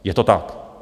Je to tak!